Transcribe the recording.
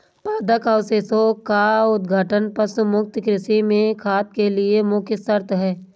पादप अवशेषों का अपघटन पशु मुक्त कृषि में खाद के लिए मुख्य शर्त है